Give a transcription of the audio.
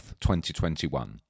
2021